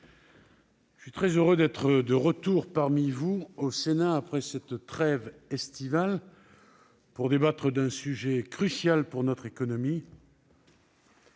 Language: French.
je suis très heureux d'être de retour parmi vous au Sénat, après la trêve estivale, pour débattre d'un sujet crucial pour notre économie